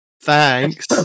Thanks